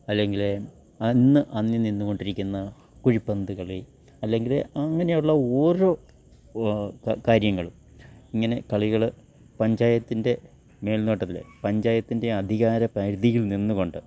അല്ലെങ്കിൽ അന്ന് അന്യം നിന്നു കൊണ്ടിരിക്കുന്ന കുഴിപ്പന്തു കളി അല്ലെങ്കിൽ അങ്ങനെ ഉള്ള ഓരോ ത കാര്യങ്ങൾ ഇങ്ങനെ കളികൾ പഞ്ചായത്തിൻ്റെ മേൽനോട്ടത്തിൽ പഞ്ചായത്തിൻ്റെ അധികാര പരിധിയിൽ നിന്നു കൊണ്ട്